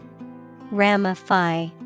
Ramify